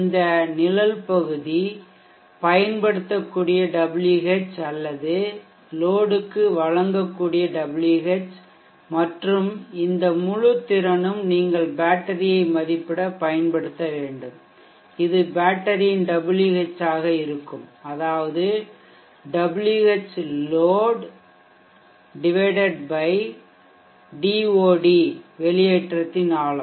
இந்த நிழல் பகுதி பயன்படுத்தக்கூடிய Wh அல்லது இது லோடுக்கு வழங்கக்கூடிய Wh மற்றும் இந்த முழு திறனும் நீங்கள் பேட்டரியை மதிப்பிட பயன்படுத்த வேண்டும் இது பேட்டரியின் Wh ஆக இருக்கும் அதாவது Whload லோட் DOD வெளியேற்றத்தின் ஆழம்